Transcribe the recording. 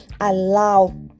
allow